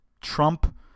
Trump